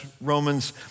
Romans